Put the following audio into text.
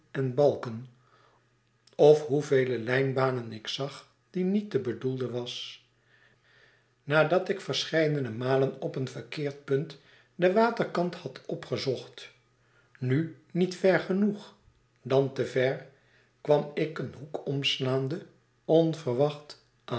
en balken of hoevele lijnbanen ik zag die niet de bedoelde was nadat ik verscheidene malen op een verkeerd punt den waterkant had opgroote verwachtwgen gezocht nu niet ver genoeg dan te ver kwam ik een hoek omslaande onverwacht